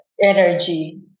energy